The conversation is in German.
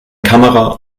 kamera